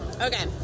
Okay